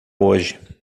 hoje